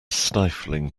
stifling